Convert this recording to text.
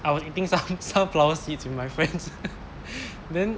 I was eating some sunflower seeds with my friends then